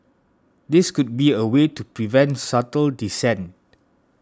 this could be a way to prevent subtle dissent